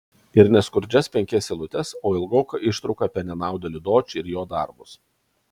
ir ne skurdžias penkias eilutes o ilgoką ištrauką apie nenaudėlį dočį ir jo darbus